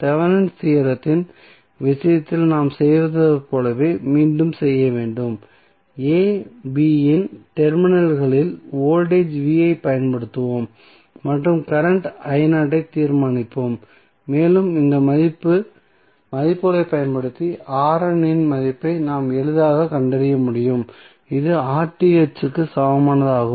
Thevenin's தியோரத்தின் விஷயத்தில் நாம் செய்ததைப் போலவே மீண்டும் செய்ய வேண்டும் a b இன் டெர்மினல்களில் வோல்டேஜ் v ஐப் பயன்படுத்துவோம் மற்றும் கரண்ட் ஐ தீர்மானிப்போம் மேலும் இந்த மதிப்புகளைப் பயன்படுத்தி இன் மதிப்பை நாம் எளிதாகக் கண்டறிய முடியும் இது க்கு சமமானதாகும்